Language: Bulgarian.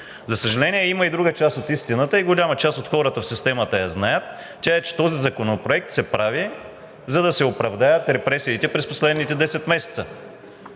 За съжаление, има и друга част от истината и голяма част от хората в системата я знаят. Тя е, че този законопроект се прави, за да се оправдаят репресиите през последните 10 месеца